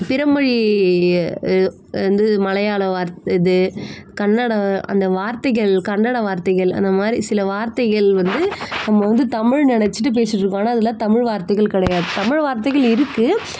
பிற மொழி வந்து மலையாள வார்த் இது கன்னடம் அந்த வார்த்தைகள் கன்னட வார்த்தைகள் அந்தமாதிரி சில வார்த்தைகள் வந்து நம்ம வந்து தமிழ் நினைச்சிட்டு பேசிகிட்ருக்கோம் ஆனால் அதெல்லாம் தமிழ் வார்த்தைகள் கிடையாது தமிழ் வார்த்தைகள் இருக்குது